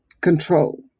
control